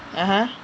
(uh huh)